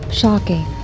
Shocking